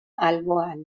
alboan